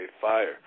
Fire